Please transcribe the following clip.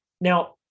Now